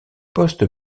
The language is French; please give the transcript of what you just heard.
poste